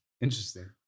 interesting